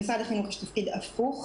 למשרד החינוך יש תפקיד הפוך,